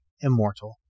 immortal